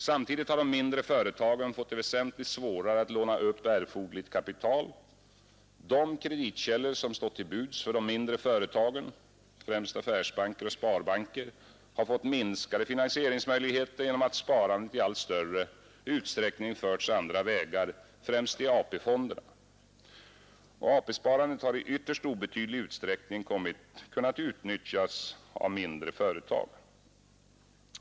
Samtidigt har de mindre företagen fått det väsentligt svårare att låna upp erforderligt kapital. De kreditkällor som stått till buds för de mindre företagen, främst affärsbanker och sparbanker, har fått minskade finansieringsmöjligheter genom att sparandet i allt större utsträckning förts andra vägar, främst till AP-fonderna. AP-sparandet har i ytterst obetydlig utsträckning kunnat utnyttjas av mindre företag.